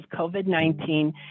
COVID-19